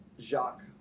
jacques